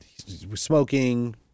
smoking